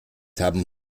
haben